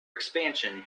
expansion